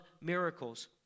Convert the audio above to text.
miracles